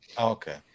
Okay